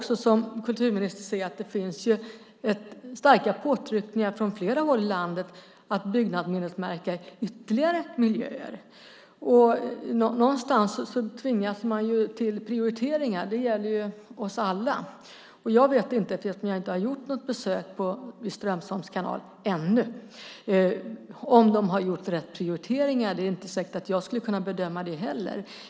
Som kulturminister kan jag se att det finns starka påtryckningar från flera håll i landet för att byggnadsminnesmärka ytterligare miljöer. Någonstans tvingas man till prioriteringar; det gäller oss alla. Eftersom jag inte besökt Strömsholms kanal - ännu - vet jag inte om de gjort rätt prioriteringar. Det är inte heller säkert att jag skulle kunna bedöma det.